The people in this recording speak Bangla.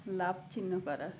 লাভ চিহ্ন করা